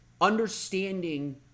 understanding